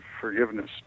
forgiveness